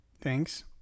Thanks